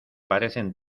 parecen